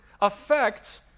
affects